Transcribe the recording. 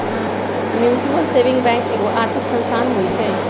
mutual saving bank एगो आर्थिक संस्थान होइ छइ